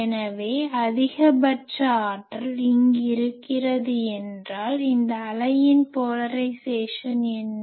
எனவே அதிகபட்ச ஆற்றல் இங்கு இருக்கிறது என்றால் இந்த அலையின் போலரைஸேசன் என்ன